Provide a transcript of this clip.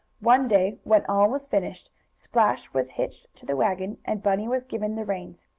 one day, when all was finished, splash was hitched to the wagon, and bunny was given the reins.